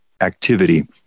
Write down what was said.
activity